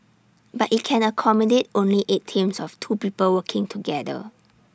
but IT can accommodate only eight teams of two people working together